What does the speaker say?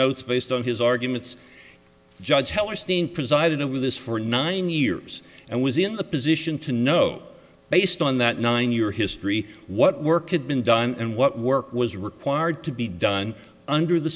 notes based on his arguments judge hellerstein presided over this for nine years and was in the position to know based on that nine year history what work had been done and what work was required to be done under the